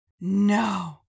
No